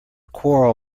quarrel